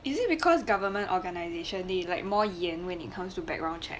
is it because government organization they like more 严 when it comes to background check